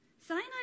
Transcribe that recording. Cyanide